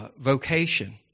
vocation